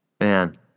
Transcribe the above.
Man